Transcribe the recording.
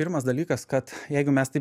pirmas dalykas kad jeigu mes taip